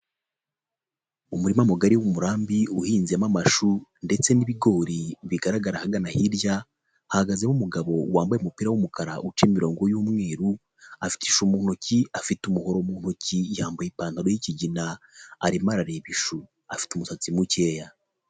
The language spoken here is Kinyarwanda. Umuririma mugari w'umurambi uhinzemo amashu ndetse n'ibigori bigaragara ahagana hirya, hahagazemo umugabo wambaye umupira w'umukara uca imirongo y'umweru afite ishu mu ntoki, afite umuhoro mu ntoki, yambaye ipantaro y'kigina, arimo arareba ishu afite umusatsi mukeya.